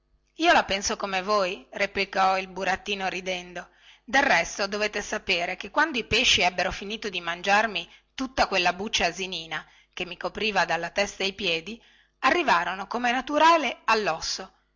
io la penso come voi replicò il burattino ridendo del resto dovete sapere che quando i pesci ebbero finito di mangiarmi tutta quella buccia asinina che mi copriva dalla testa ai piedi arrivarono comè naturale allosso